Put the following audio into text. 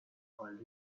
already